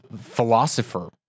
philosopher